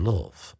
Love